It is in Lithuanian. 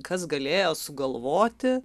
kas galėjo sugalvoti